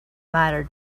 mattered